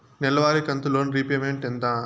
నెలవారి కంతు loan repayment ఎంత?